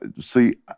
see